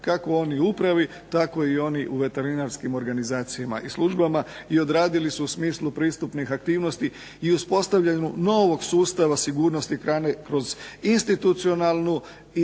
kako oni u upravi, tako i oni u veterinarskim organizacijama i službama, i odradili su u smislu pristupnih aktivnosti i uspostavljanju novog sustava sigurnosti hrane kroz institucionalnu i inu